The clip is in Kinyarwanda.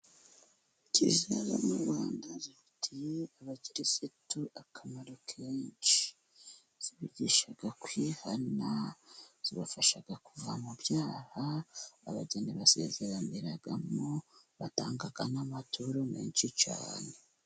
Kiliziya zo mu Rwanda zifitiye abakirisitu akamaro kenshi, zibigisha kwihana, zibafasha kuva mu byaha, abageni basezeraniramo, batanga amaturo menshi cyane.